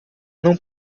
não